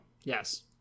Yes